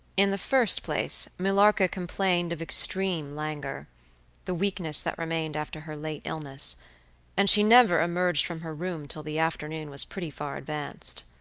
in the first place, millarca complained of extreme languor the weakness that remained after her late illness and she never emerged from her room till the afternoon was pretty far advanced.